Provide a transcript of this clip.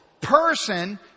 person